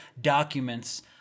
documents